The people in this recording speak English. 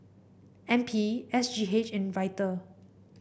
N P S G H and Vital